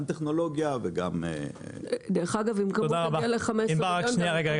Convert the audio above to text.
גם טכנולוגיה וגם --- דרך אגב אם נגיע ל-15 מיליון --- תודה רבה,